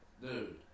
Dude